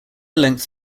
length